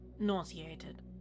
nauseated